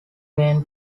main